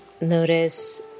Notice